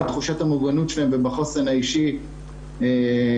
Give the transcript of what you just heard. בתחושת המוגנות שלהם ובחוסן האישי ישתפרו,